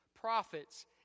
prophets